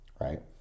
right